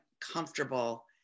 comfortable